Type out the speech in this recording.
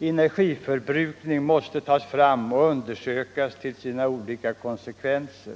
energiförbrukning måste tas fram och undersökas till sina olika konsekvenser.